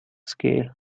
scale